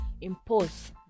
impose